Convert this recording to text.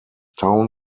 town